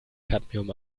cadmium